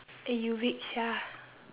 eh you weak sia